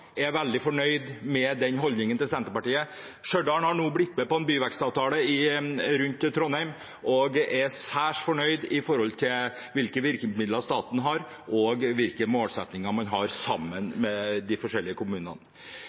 er veldig fornøyd med Senterpartiets holdning. Stjørdal har nå blitt med på en byvekstavtale rundt Trondheim og er særs fornøyd når det gjelder hvilke virkemidler staten har, og hvilke målsettinger man har sammen med de forskjellige kommunene.